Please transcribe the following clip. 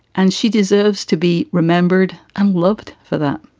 and she deserves to be remembered and looked for that.